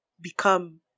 become